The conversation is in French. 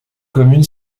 commune